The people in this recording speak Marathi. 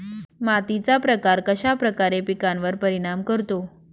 मातीचा प्रकार कश्याप्रकारे पिकांवर परिणाम करतो?